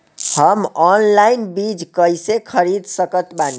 हम ऑनलाइन बीज कइसे खरीद सकत बानी?